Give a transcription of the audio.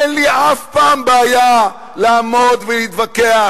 אין לי אף פעם בעיה לעמוד ולהתווכח,